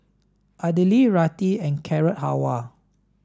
Idili Raita and Carrot Halwa